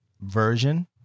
version